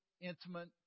intimate